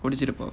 what is it about